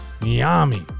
Miami